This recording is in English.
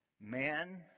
Man